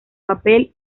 papel